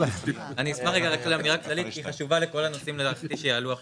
אני אשמח רק לאמירה כללית שהיא חשובה לכל הנושאים שיעלו עכשיו.